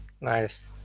nice